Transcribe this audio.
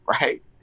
right